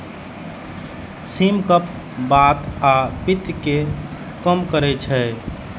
सिम कफ, बात आ पित्त कें कम करै छै